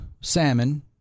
salmon